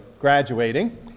graduating